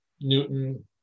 Newton